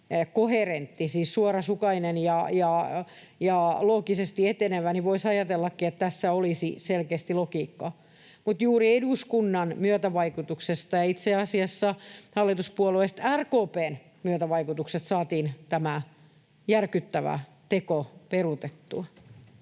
koherentti, siis suorasukainen ja loogisesti etenevä, niin voisi ajatellakin, että tässä olisi selkeästi logiikkaa. Mutta juuri eduskunnan myötävaikutuksesta ja itse asiassa hallituspuolueista RKP:n myötävaikutuksesta saatiin tämä järkyttävä teko peruutettua.